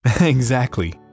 Exactly